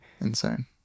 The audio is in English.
insane